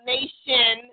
Nation